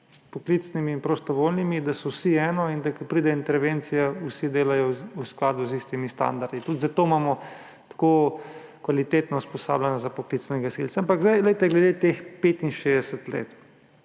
poklicnimi in prostovoljnimi, da so vsi eno in da ko pride intervencija, vsi delajo v skladu z istimi standardi. Tudi zato imamo tako kvalitetna usposabljanja za poklicne gasilce. Glede teh 65 let.